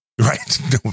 Right